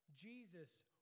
Jesus